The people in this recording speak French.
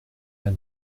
pas